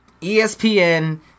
ESPN